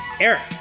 Eric